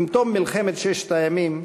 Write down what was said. עם תום מלחמת ששת הימים,